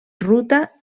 ruta